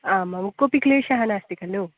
आम् आम् कोऽपि क्लेशः नास्ति खलु